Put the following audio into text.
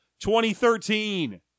2013